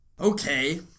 Okay